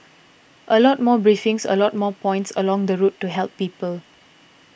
a lot more briefings a lot more points along the route to help people